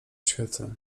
świecę